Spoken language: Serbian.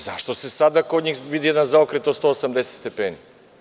Zašto se sada kod njih vidi jedan zaokret od 180 stepeni?